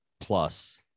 plus